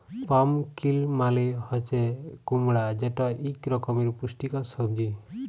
pumpkin মালে হছে কুমড়া যেট ইক রকমের পুষ্টিকর সবজি